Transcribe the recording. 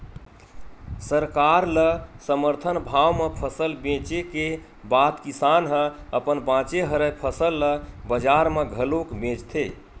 सरकार ल समरथन भाव म फसल बेचे के बाद किसान ह अपन बाचे हरय फसल ल बजार म घलोक बेचथे